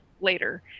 later